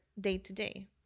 day-to-day